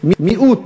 מיעוט